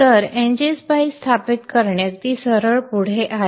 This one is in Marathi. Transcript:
तर ngSpice स्थापित करणे अगदी सरळ पुढे आहे